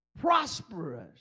prosperous